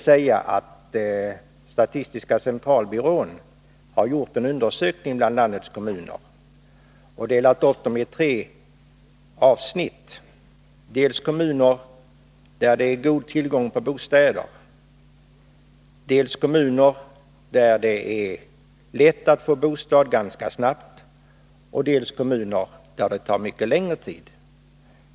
Statistiska centralbyrån har gjort en undersökning bland landets kommuner och delat upp dem i tre avsnitt, dels kommuner där det är god tillgång på bostäder, dels kommuner där det är lätt att få bostad ganska snabbt, dels kommuner där det tar mycket längre tid.